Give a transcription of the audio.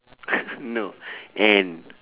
no N